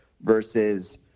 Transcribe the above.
versus